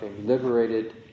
liberated